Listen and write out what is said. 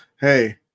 hey